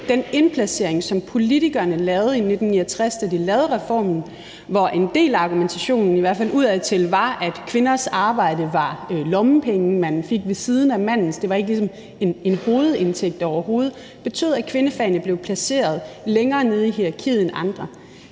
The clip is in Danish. den indplacering, som politikerne lavede i 1969, da de lavede reformen, stadig væk eksisterer, og hvor en del af argumentationen – i hvert fald udadtil – var, at kvinders arbejdsløn var lommepenge, som de fik ved siden af mandens løn. Det var ligesom ikke en hovedindtægt overhovedet. Det betød, at kvindefagene blev placeret længere nede i hierarkiet end andre.